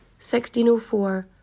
1604